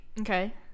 Okay